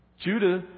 Judah